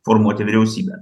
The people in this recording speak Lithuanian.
formuoti vyriausybę